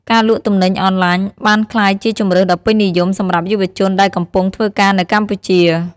ការលក់ទំនិញអនឡាញបានក្លាយជាជម្រើសដ៏ពេញនិយមសម្រាប់យុវជនដែលកំពុងធ្វើការនៅកម្ពុជា។